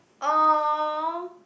!aww!